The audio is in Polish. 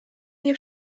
nie